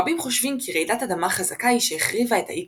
רבים חושבים כי רעידת אדמה חזקה היא שהחריבה את האי